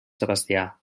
sebastià